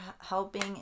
helping